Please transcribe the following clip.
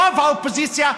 רוב האופוזיציה,